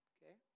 Okay